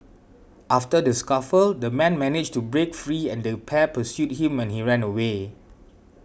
after the scuffle the man managed to break free and the pair pursued him when he ran away